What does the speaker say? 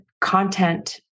content